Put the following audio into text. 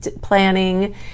planning